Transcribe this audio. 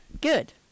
Good